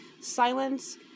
Silence